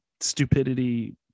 stupidity